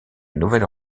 nouvelle